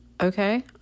okay